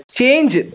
change